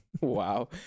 Wow